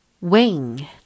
Wing